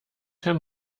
herrn